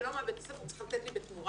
ולא מה בית הספר צריך לתת לי בתמורה.